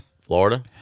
Florida